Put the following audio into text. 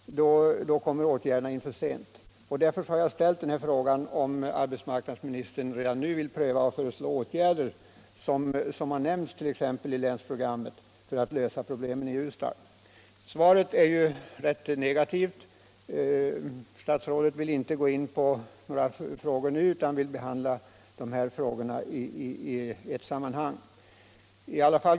Åtgärderna kommer då för sent. Därför har jag frågat arbetsmarknadsministern om han redan nu vill pröva och föreslå åtgärder, bl.a. sådana som nämnts i länsprogrammet, för att om möjligt lösa problemen i Ljusdal. Svaret är ganska negativt. Statsrådet går inte in på problemen utan vill behandla frågorna i ett sammanhang.